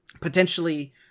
potentially